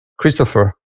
Christopher